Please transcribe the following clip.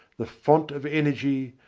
the font of energy,